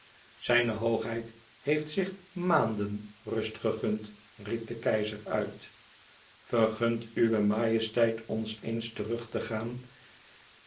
zijne hoogheid heeft zich màanden rust gegund riep de keizer uit vergunt uwe majesteit ons eens terug te gaan